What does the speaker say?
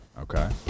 Okay